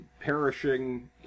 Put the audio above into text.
perishing